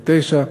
(49)